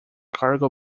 cargo